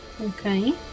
Okay